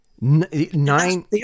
nine